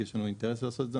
כי יש לנו אינטרס לעשות את זה.